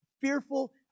fearful